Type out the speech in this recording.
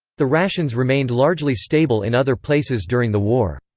the rations remained largely stable in other places during the war.